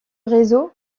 réseau